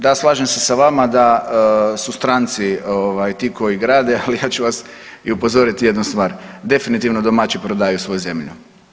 Da, slažem se s vama da su stranci ovaj ti koji grade, ali ja ću vas i upozoriti jednu stvar, definitivno domaći prodaju svoju zemlju.